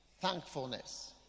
thankfulness